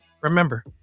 Remember